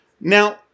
Now